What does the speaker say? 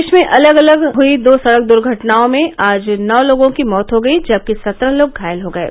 प्रदेश में अलग अलग हुयी दो सड़क दुर्घटनों में आज नौ लोगों की मौत हो गयी जबकि सत्रह लोग घायल हो गये